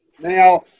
Now